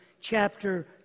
chapter